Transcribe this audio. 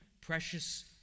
precious